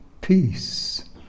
peace